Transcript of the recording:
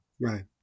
Right